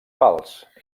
fals